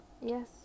Yes